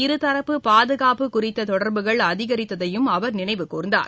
இருதரப்பு பாதுகாப்பு குறித்ததொடர்புகள் அதிகரித்ததையும் அவர் நினைவுகூர்ந்தார்